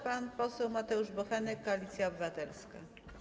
Pan poseł Mateusz Bochenek, Koalicja Obywatelska.